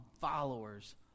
followers